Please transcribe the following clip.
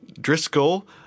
Driscoll